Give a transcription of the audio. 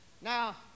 now